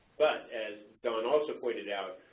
as don also pointed out,